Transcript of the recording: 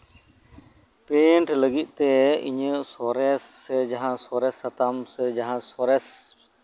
pant ᱞᱟᱜᱤᱫ ᱛᱮ ᱤᱧᱟᱜ ᱥᱚᱨᱮᱥ ᱥᱮ ᱡᱟᱦᱟᱸ ᱥᱚᱨᱮᱥ ᱥᱟᱛᱟᱢ ᱥᱮ